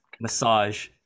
Massage